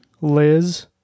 Liz